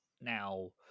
now